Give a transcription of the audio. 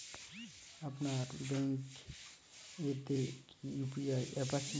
আপনার ব্যাঙ্ক এ তে কি ইউ.পি.আই অ্যাপ আছে?